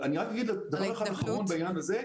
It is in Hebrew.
רק אגיד דבר אחד אחרון בעניין הזה.